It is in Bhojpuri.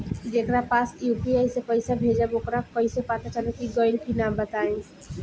जेकरा पास यू.पी.आई से पईसा भेजब वोकरा कईसे पता चली कि गइल की ना बताई?